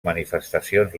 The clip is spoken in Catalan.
manifestacions